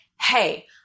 Hey